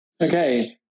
Okay